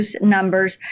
numbers